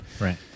Right